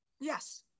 Yes